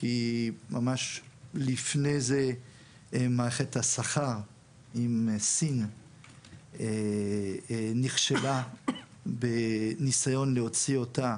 כי ממש לפני זה מערכת השכר עם סין נכשלה בניסיון להוציא אותה